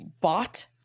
bought